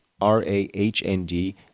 R-A-H-N-D